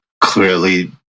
clearly